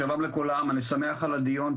שלום לכולם, אני שמח על הדיון.